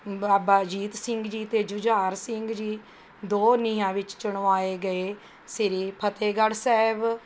ਬਾਬਾ ਅਜੀਤ ਸਿੰਘ ਜੀ ਅਤੇ ਜੁਝਾਰ ਸਿੰਘ ਜੀ ਦੋ ਨੀਹਾਂ ਵਿੱਚ ਚਿਣਵਾਏ ਗਏ ਸ਼੍ਰੀ ਫਤਿਹਗੜ੍ਹ ਸਾਹਿਬ